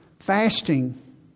Fasting